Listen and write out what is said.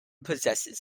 possesses